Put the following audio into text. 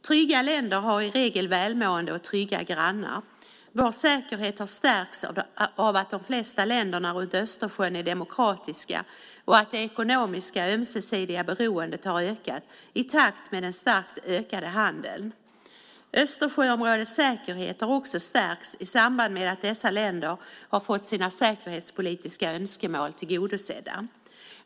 Trygga länder har i regel välmående och trygga grannar. Vår säkerhet har stärkts av att de flesta länderna runt Östersjön är demokratiska och att det ekonomiska och ömsesidiga beroendet har ökat i takt med den starkt ökade handeln. Östersjöområdets säkerhet har också stärkts i samband med att dessa länder har fått sina säkerhetspolitiska önskemål tillgodosedda.